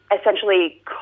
essentially